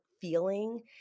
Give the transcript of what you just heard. feeling